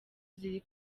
ziri